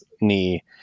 knee